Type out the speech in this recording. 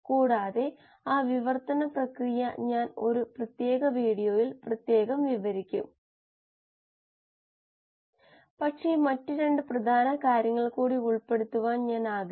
അതിനാൽ ഒരു പ്രവർത്തന പാരാമീറ്റർ അത്തരമൊരു ഫ്ലോറേറ്റ് നേർപ്പിക്കൽ നിരക്ക് സമം ഫ്ലോ റേറ്റ് ഹരിക്കണം വ്യാപ്തം ആണ്